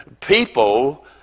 People